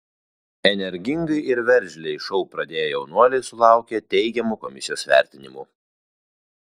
energingai ir veržliai šou pradėję jaunuoliai sulaukė teigiamų komisijos vertinimų